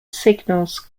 signals